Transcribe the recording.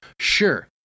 Sure